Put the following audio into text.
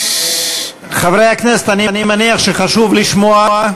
חברי הכנסת, אני מניח שחשוב לשמוע.